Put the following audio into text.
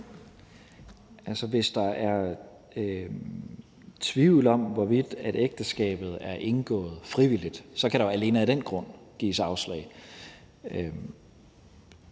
Hvis der er tvivl om, hvorvidt ægteskabet er indgået frivilligt, så kan der jo alene af den grund gives afslag.